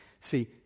see